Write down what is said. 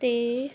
'ਤੇ